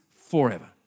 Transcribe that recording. forever